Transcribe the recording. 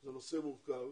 שזה נושא מורכב